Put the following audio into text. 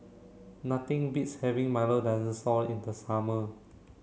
nothing beats having Milo Dinosaur in the summer